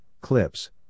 clips